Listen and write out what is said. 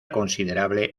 considerable